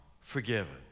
forgiven